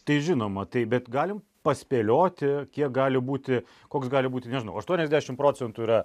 tai žinoma taip bet galim paspėlioti kiek gali būti koks gali būti nežinau aštuoniasdešimt procentų yra